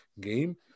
game